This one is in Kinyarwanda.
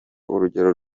urugero